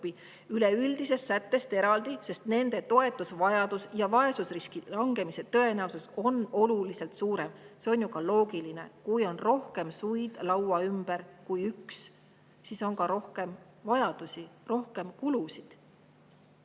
üleüldisest sättest eraldi, sest nende toetusvajadus ja vaesusriski langemise tõenäosus on oluliselt suurem. See on ju ka loogiline. Kui on laua ümber rohkem suid kui üks, siis on ka rohkem vajadusi, rohkem kulusid.